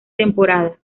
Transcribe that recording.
temporada